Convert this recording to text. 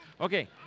Okay